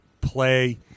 play